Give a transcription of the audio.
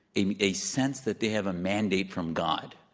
a a sense that they have a mandate from god,